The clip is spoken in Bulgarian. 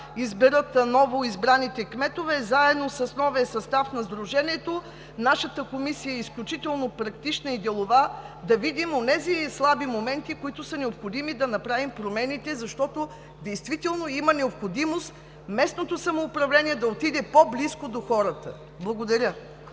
изберат новоизбраните кметове заедно с новия състав на Сдружението. Нашата Комисия е изключително практична и делова и да видим онези слаби моменти, които са необходими, за да направим промените, защото действително има необходимост местното самоуправление да отиде по-близо до хората. Благодаря.